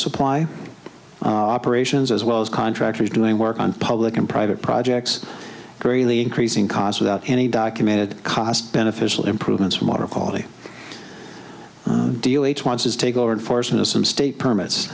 supply operations as well as contractors doing work on public and private projects greatly increasing costs without any documented cost beneficial improvements from water quality once is take over and force into some state permits